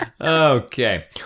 Okay